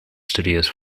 studios